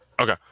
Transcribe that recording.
Okay